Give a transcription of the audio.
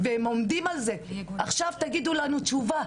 והם עומדים על זה "..עכשיו תתנו לנו תשובה,